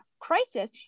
crisis